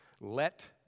let